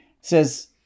says